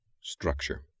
Structure